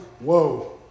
whoa